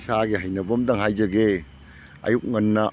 ꯏꯁꯥꯒꯤ ꯍꯩꯅꯕ ꯑꯃꯇꯪ ꯍꯥꯏꯖꯒꯦ ꯑꯌꯨꯛ ꯉꯟꯅ